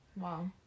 Wow